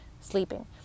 Sleeping